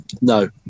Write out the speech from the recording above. No